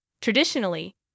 Traditionally